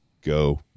go